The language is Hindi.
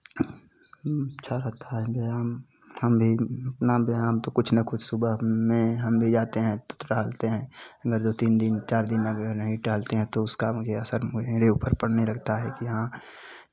अच्छा लगता है व्यायाम ठंडे अपना व्यायाम तो कुछ ना कुछ सुबह में हम भी जाते हैं तो टहलते हैं अगर दो तीन दिन चार दिन अगर नहीं टहलते हैं तो उसका मुझे असर मेरे ऊपर पड़ने लगता है कि हाँ